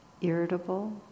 irritable